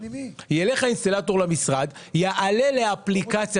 יעלה לאפליקציה